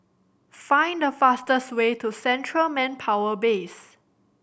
find the fastest way to Central Manpower Base